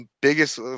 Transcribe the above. biggest